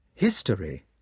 History